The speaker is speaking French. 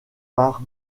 par